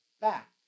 back